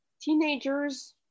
teenagers